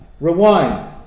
rewind